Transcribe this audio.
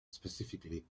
specifically